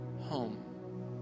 home